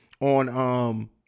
on –